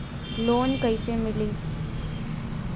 Loan कइसे मिलि?